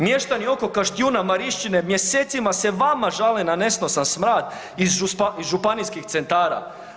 Mještani oko Kaštijuna, Marišćine mjesecima se vama žale na nesnosan smrad iz županijskih centara.